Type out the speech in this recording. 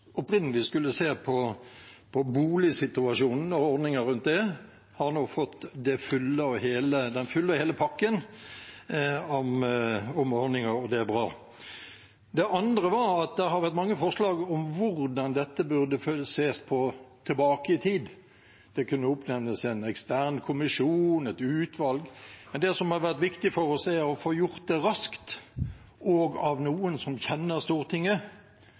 opprinnelig skulle se på boligsituasjonen og ordninger rundt den, har nå fått den fulle og hele pakken om ordninger, og det er bra. Det andre var at det har vært mange forslag om hvordan dette burde ses på tilbake i tid. Det kunne oppnevnes en ekstern kommisjon, et utvalg, men det som har vært viktig for oss, er å få gjort det raskt og av noen som kjenner Stortinget.